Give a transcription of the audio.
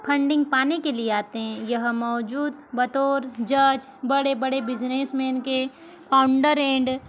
funding पाने के लिए आते हैं यह मौजूद बतौर जज बड़े बड़े बिजनेस मैन के फाउंडर एंड